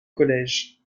collège